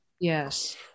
Yes